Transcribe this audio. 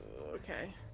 okay